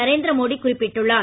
நரேந்திர மோடி குறிப்பிட்டுள்ளார்